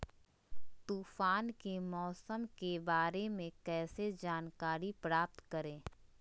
तूफान के मौसम के बारे में कैसे जानकारी प्राप्त करें?